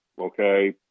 okay